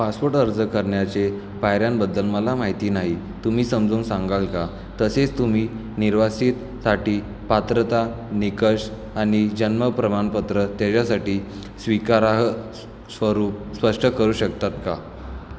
passport अर्ज करण्याच्या पायऱ्यांबद्दल मला माहिती नाही तुम्ही समजून सांगाल का तसेच तुम्ही निर्वासितसाठी पात्रता निकष आणि जन्मप्रमाणपत्र त्याच्यासाठी स्वीकारार्ह स्वरूप स्पष्ट करू शकता का